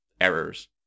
errors